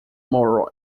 morrow